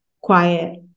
quiet